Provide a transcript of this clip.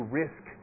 risk